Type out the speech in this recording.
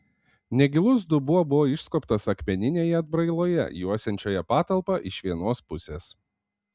negilus dubuo buvo išskobtas akmeninėje atbrailoje juosiančioje patalpą iš vienos pusės